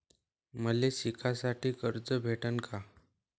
मले शिकासाठी कर्ज भेटन का?